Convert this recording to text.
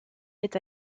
est